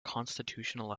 constitutional